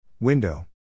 Window